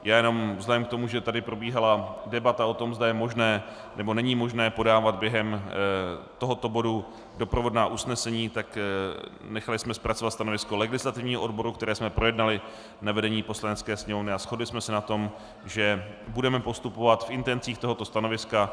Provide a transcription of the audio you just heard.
Já jenom vzhledem k tomu, že tady probíhala debata o tom, zda je možné, nebo není možné podávat během tohoto bodu doprovodná usnesení, nechali jsme zpracovat stanovisko legislativního odboru, které jsme projednali na vedení Poslanecké sněmovny a shodli jsme se na tom, že budeme postupovat v intencích tohoto stanoviska.